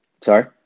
Sorry